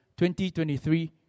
2023